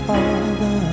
Father